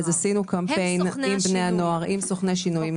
אז עשינו קמפיין עם בני הנוער ועם סוכני שינוי,